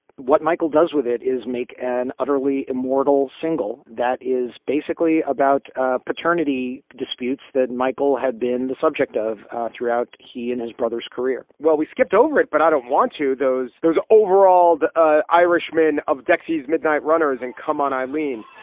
what michael does with it is make an utterly immortal single that is basically about paternity disputes that michael had been the subject of throughout. he and his brother's career well, we skipped over it, but i don't want to those there's overall the irishman of dixie's midnight runners. and. come on, eileen.